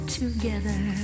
together